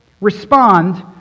respond